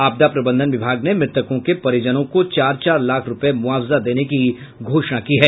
आपदा प्रबंधन विभाग ने मृतकों के परिजनों को चार चार लाख रुपए मुआवजा देने की घोषणा की है